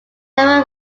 several